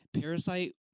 Parasite